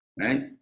right